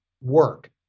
work